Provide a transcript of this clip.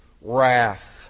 wrath